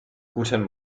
guten